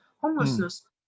homelessness